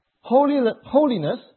holiness